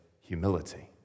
humility